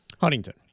Huntington